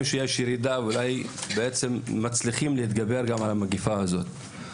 שיש ירידה ואולי מצליחים להתגבר גם על המגיפה הזאת.